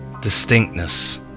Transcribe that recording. distinctness